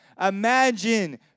Imagine